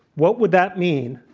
what would that mean?